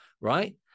right